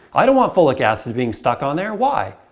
i don't want folic acid being stuck on there, why?